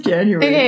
January